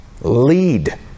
lead